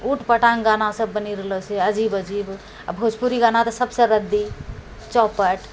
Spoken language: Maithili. उटपटाँग गानासब बनि रहलऽ छै अजीब अजीब आ भोजपुरी गाना तऽ सबसँ रद्दी चौपट